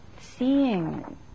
seeing